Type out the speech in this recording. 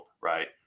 right